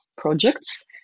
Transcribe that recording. projects